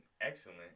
excellent